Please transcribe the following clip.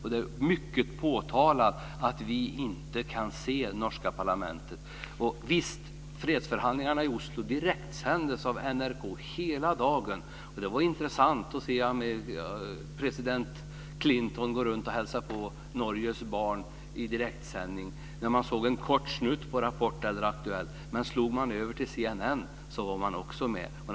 Han har påtalat att vi inte kan se vad som händer i norska parlamentet. hela dagen. Det var intressant att i direktsändning se president Clinton gå runt och hälsa på Norges barn, när man på Rapport eller Aktuellt såg en kort snutt. Om man slog över till CNN kunde man också se det.